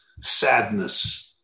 sadness